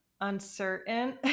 uncertain